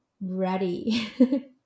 ready